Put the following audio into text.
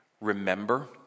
remember